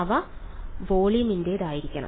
അവ വോളിയത്തിന്റേതായിരിക്കണം